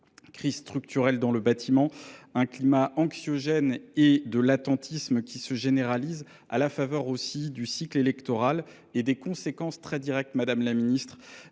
crise structurelle dans le bâtiment, un climat anxiogène et de latentisme qui se généralisent à la faveur du cycle électoral et des conséquences très directes, Madame la Ministre,